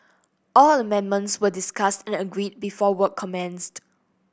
all amendments were discussed and agreed before work commenced